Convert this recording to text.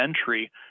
entry